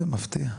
זה מפתיע.